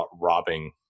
robbing